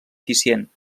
eficient